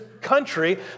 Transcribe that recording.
country